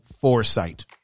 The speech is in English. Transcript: foresight